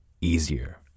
easier